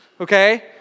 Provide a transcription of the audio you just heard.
okay